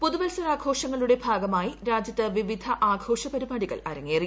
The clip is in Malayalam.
പുതുവത്സര ആഘോഷങ്ങളുടെ ഭാഗമായി രാജ്യത്ത് വിവിധ ആഘോഷ പരിപാടികൾ അരങ്ങേറി